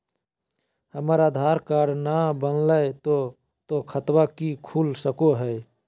हमर आधार कार्ड न बनलै तो तो की खाता खुल सको है?